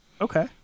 Okay